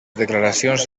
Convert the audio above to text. declaracions